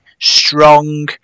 strong